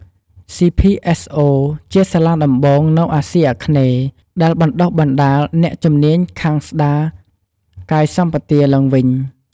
សុី ភី អេស អូ CPSO ជាសាលាដំបូងនៅអាសុីអាគ្នេហ៍ ដែលបណ្តុះបណ្ដាលអ្នកជំនាញខាងស្ដាយកាយសម្បទាឡើងវិញ។